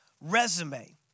resume